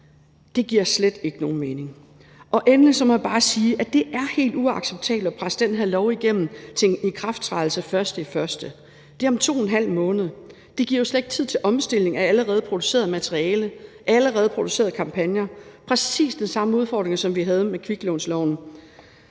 Det giver slet ikke nogen mening. Endelig må jeg bare sige, at det er helt uacceptabelt at presse den her lov igennem til ikrafttrædelse den 1. januar – det er om 2½ måned. Det giver jo slet ikke tid til omstilling af allerede produceret materiale og allerede producerede kampagner. Det er præcis den samme udfordring, som vi havde med kviklånsloven,